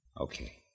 Okay